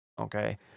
Okay